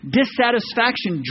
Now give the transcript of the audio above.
dissatisfaction